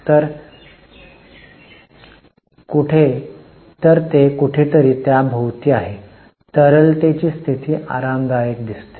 तर ते कुठेतरी त्याभोवती आहेत तरलतेची स्थिती आरामदायक दिसते